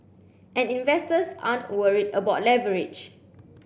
and investors aren't worried about leverage